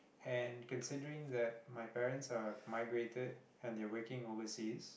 and considering that my parents are migrated and they are working overseas